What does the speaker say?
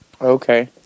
okay